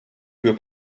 für